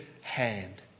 hand